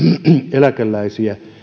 eläkeläisiä